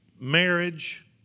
marriage